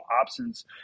options